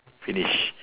finish